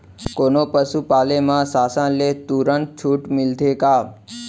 कोनो पसु पाले म शासन ले तुरंत छूट मिलथे का?